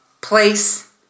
place